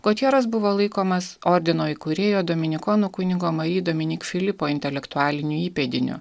gutjeras buvo laikomas ordino įkūrėjo dominikonų kunigo mari dominik filipo intelektualiniu įpėdiniu